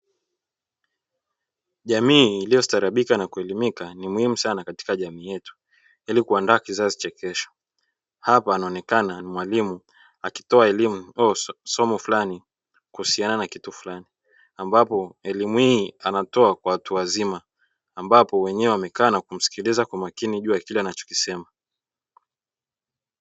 Jamii iliyostarabika na kuelimika ni muhimu sana katika jamii yetu, ili kuandaa kizazi cha kesho. Hapa anaonekana ni mwalimu akitoa elimu au somo fulani kuhusiana na kitu fulani. Ambapo elimu hii anatoa kwa watu wazima ambapo wenyewe wamekaa na kumsikiliza kwa makini juu ya kile anachokisema